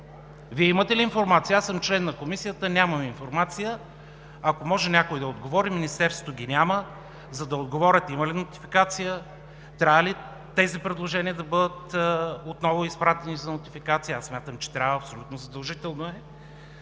Вие имате ли информация? Аз съм член на Комисията, нямам информация. Ако може, някой да отговори?! От Министерството на финансите ги няма, за да отговорят има ли нотификация? Трябва ли тези предложения да бъдат отново изпратени за нотификация? Аз смятам, че трябва, абсолютно задължително е!